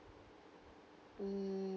mm